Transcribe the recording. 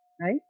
Right